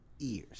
ears